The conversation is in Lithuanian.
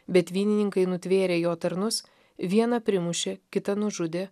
bet vynininkai nutvėrę jo tarnus vieną primušė kitą nužudė